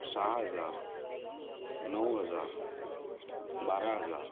सहा हजार नऊ हजार बारा हजार